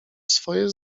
swoje